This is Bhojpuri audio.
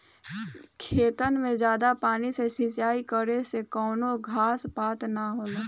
खेतन मे जादा पानी से सिंचाई करे से कवनो घास पात ना होला